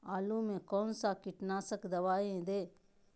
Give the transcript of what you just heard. आलू में कौन सा कीटनाशक दवाएं दे?